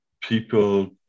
people